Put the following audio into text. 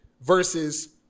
versus